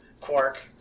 quark